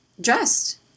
dressed